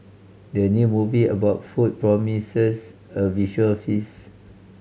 the new movie about food promises a visual feast